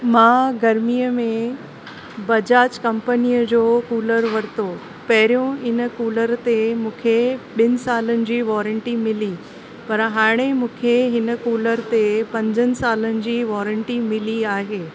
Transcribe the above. मां गर्मीअ में बजाज कम्पनीअ जो कूलर वरितो पहिरियों हिन कूलर ते मूंखे ॿिनि सालनि जी वारंटी मिली पर हाणे मूंखे हिन कूलर ते पंजनि सालनि जी वारंटी मिली आहे